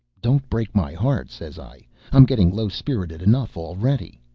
don't break my heart, says i i'm getting low-spirited enough already.